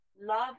love